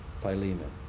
philemon